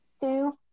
two